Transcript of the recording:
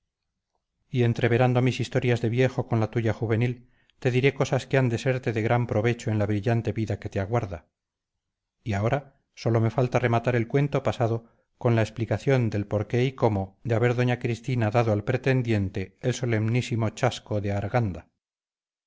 y entreverando mis historias de viejo con la tuya juvenil te diré cosas que han de serte de gran provecho en la brillante vida que te aguarda y ahora sólo me falta rematar el cuento pasado con la explicación del por qué y cómo de haber doña cristina dado al pretendiente el solemnísimo chasco de arganda